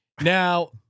Now